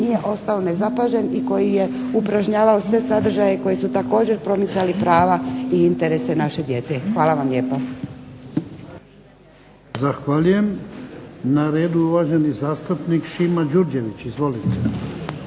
nije ostao nezapažen i koji je upražnjavao sve sadržaje i promicali prava i interese naše djece. Hvala vam lijepa. **Jarnjak, Ivan (HDZ)** Zahvaljujem. Na redu je uvaženi zastupnik Šime Đurđević. Izvolite.